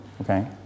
Okay